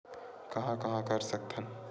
कहां कहां कर सकथन?